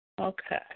Okay